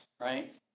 right